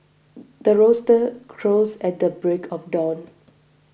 the rooster crows at the break of dawn